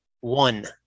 one